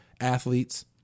athletes